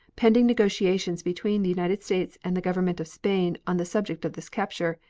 pending negotiations between the united states and the government of spain on the subject of this capture,